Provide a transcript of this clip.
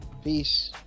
Peace